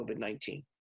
COVID-19